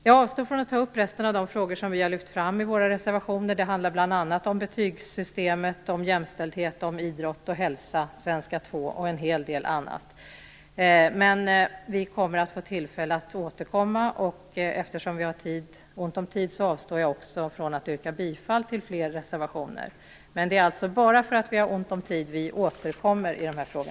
Jag avstår från att ta upp resten av de frågor som vi har lyft fram i våra reservationer. Det handlar bl.a. om betygssystemet, om jämställdhet, om idrott och hälsa, om svenska 2 och en hel del annat. Men vi får tillfälle att återkomma. Eftersom det är ont om tid avstår jag från att yrka bifall till fler reservationer. Men det är bara för att det är ont om tid. Vi återkommer i dessa frågor.